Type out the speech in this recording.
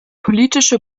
politische